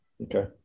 Okay